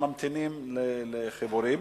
שממתינים לחיבורים.